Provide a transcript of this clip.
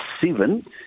seven